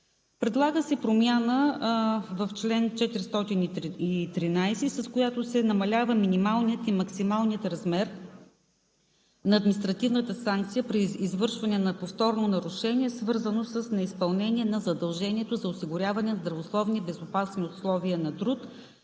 Предлага се промяна в чл. 413, с която се намалява минималният и максималният размер на административната санкция при извършване на повторно нарушение, свързано с неизпълнение на задължението за осигуряване на здравословни и безопасни условия на труд,